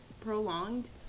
prolonged